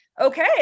okay